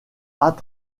art